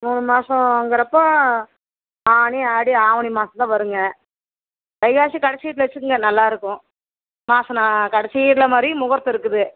மூணு மாதங்கிறப்ப ஆனி ஆடி ஆவணி மாசந்தான் வருங்க வைகாசி கடைசி வெச்சுக்குங்க நல்லாயிருக்கும் மாதம் ந கடைசியில் மாதிரி முகூர்த்தம் இருக்குது